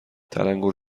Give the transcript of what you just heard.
تلنگور